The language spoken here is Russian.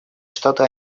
штаты